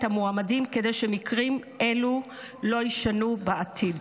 המועמדים כדי שמקרים אלו לא יישנו בעתיד.